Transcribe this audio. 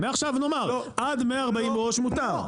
מעכשיו נאמר, עד 140 ראש מותר.